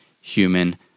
human